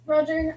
Roger